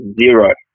Zero